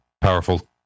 powerful